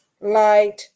light